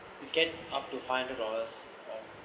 you get up to five hundred dollars of